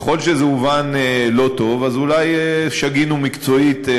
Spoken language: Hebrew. ככל שזה הובן לא טוב, אולי שגינו מקצועית.